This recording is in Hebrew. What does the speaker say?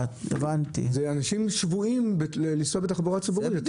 אלה אנשים שבויים לנסוע בתחבורה ציבורית.